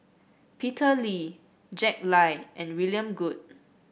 Peter Lee Jack Lai and William Goode